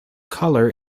color